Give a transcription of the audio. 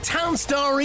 Townstar